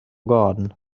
garden